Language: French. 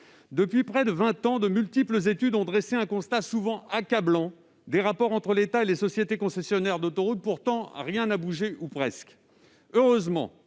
Depuis près de vingt ans, de multiples études ont dressé un constat, souvent accablant, des rapports entre l'État et les sociétés concessionnaires d'autoroutes. Pourtant, rien n'a bougé, ou presque. Heureusement,